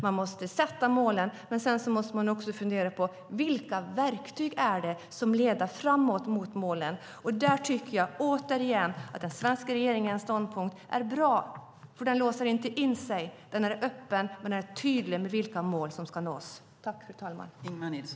Man måste sätta målen, men sedan måste man också fundera på vilka verktyg det är som leder framåt mot målen. Där tycker jag återigen att den svenska regeringens ståndpunkt är bra, för den låser inte in sig. Den är öppen, men är tydlig med vilka mål som ska nås.